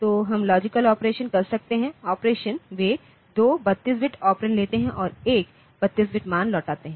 तो हम logical operation कर सकते हैं ऑपरेशन वे 2 32 बिट ऑपरेंड लेते हैं और एक 32 बिट मान लौटाते हैं